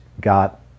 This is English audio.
got